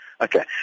Okay